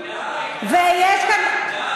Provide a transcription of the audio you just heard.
אוי, די, די.